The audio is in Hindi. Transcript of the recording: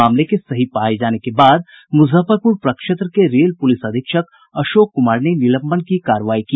मामले के सही पाये जाने के बाद मुजफ्फरपुर प्रक्षेत्र के रेल पुलिस अधीक्षक अशोक कुमार ने निलंबन की कार्रवाई की